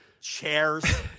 chairs